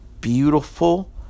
beautiful